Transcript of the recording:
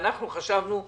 ואנחנו חשבנו אחרת.